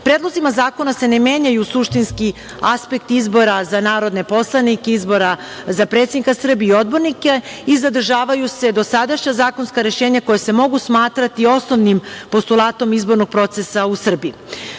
zakona se ne menjaju suštinski aspekti izbora za narodne poslanike, izbora za predsednika Srbije i odbornike i zadržavaju se dosadašnja zakonska rešenja koja se mogu smatrati osnovnim postulatom izbornog procesa u Srbiji. Mislim